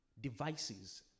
Devices